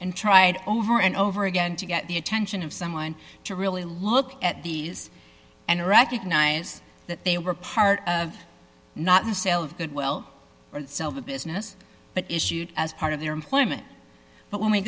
and tried over and over again to get the attention of someone to really look at these and recognize that they were a part of not the sale of good well the business but issued as part of their employment but when we